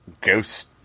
ghost